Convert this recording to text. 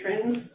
trends